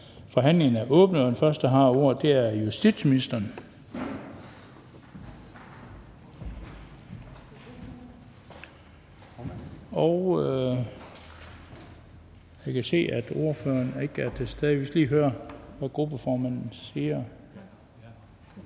Forhandlingen er åbnet, og den første, der har ordet, er justitsministeren. Jeg kan se, at ordføreren ikke er til stede. Vi skal lige høre, hvad gruppeformanden siger.